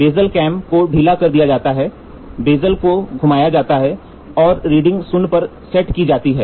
basal clamp को ढीला कर दिया जाता है बेज़ेल को घुमाया जाता है और रीडिंग शून्य पर सेट की जाती है